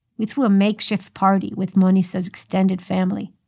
we threw a makeshift party with manisha's extended family.